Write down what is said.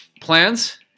Plans